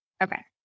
Okay